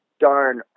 darn